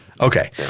Okay